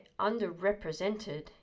underrepresented